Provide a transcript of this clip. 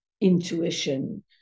intuition